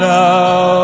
now